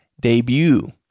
debut